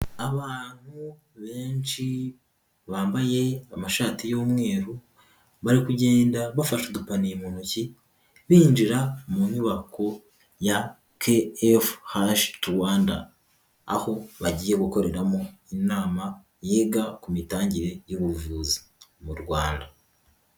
Abantu benshi bambaye amashati y'umweru, bari kugenda bafashe udupaniye mu ntoki binjira mu nyubako ya KFH Rwanda. Aho bagiye gukoreramo inama yiga ku mitangire y'ubuvuzi mu Rwanda.